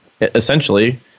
Essentially